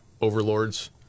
overlords